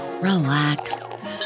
relax